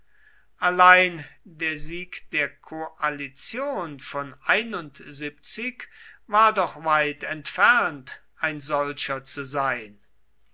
allein der sieg der koalition von war doch weit entfernt ein solcher zu sein